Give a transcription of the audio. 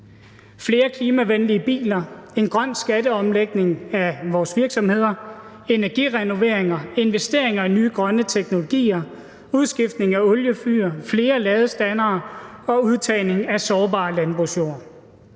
flere klimavenlige biler, en grøn skatteomlægning af vores virksomheder, energirenoveringer, investeringer i nye grønne teknologier, udskiftning af oliefyr, flere ladestandere og udtagning af sårbar landbrugsjord.